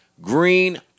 green